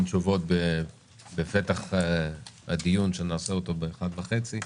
תשובות בפתח הדיון שנעשה אותו ב-13:30,